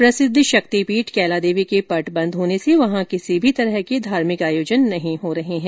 प्रसिद्ध शक्ति पीठ कैला देवी के पट बंद होने से वहां किसी भी प्रकार का धार्मिक आयोजन नहीं हो रहा है